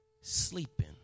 sleeping